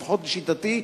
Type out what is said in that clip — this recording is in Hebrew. לפחות לשיטתי,